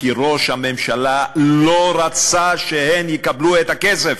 כי ראש הממשלה לא רצה שהן יקבלו את הכסף,